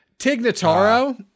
Tignataro